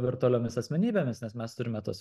virtualiomis asmenybėmis nes mes turime tas